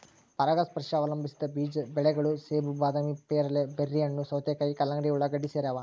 ಪರಾಗಸ್ಪರ್ಶ ಅವಲಂಬಿಸಿದ ಬೆಳೆಗಳು ಸೇಬು ಬಾದಾಮಿ ಪೇರಲೆ ಬೆರ್ರಿಹಣ್ಣು ಸೌತೆಕಾಯಿ ಕಲ್ಲಂಗಡಿ ಉಳ್ಳಾಗಡ್ಡಿ ಸೇರವ